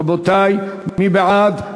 רבותי, מי בעד?